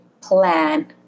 plan